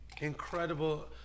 incredible